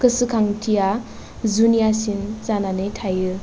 गोसोखांथिया जुनियासिन जानानै थायो